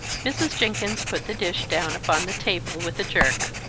mrs. jenkins put the dish down upon the table with a jerk.